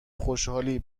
خوشحالی